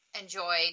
enjoy